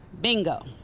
Bingo